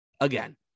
again